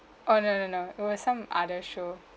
oh no no no it was some other show